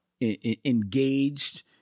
engaged